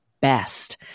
best